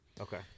Okay